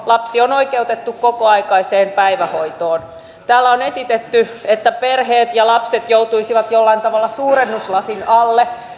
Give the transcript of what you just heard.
lapsi on oikeutettu kokoaikaiseen päivähoitoon täällä on esitetty että perheet ja lapset joutuisivat jollain tavalla suurennuslasin alle